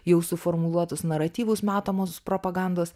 jau suformuluotus naratyvus matomus propagandos